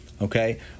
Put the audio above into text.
okay